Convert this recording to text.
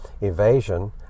evasion